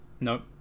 Nope